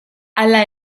hala